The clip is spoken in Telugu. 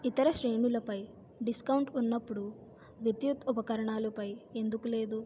ఇతర శ్రేణులపై డిస్కౌంట్ ఉన్నప్పుడు విద్యుత్తు ఉపకరణాలపై ఎందుకు లేదు